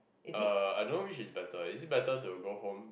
uh I don't know which is better is it better to go home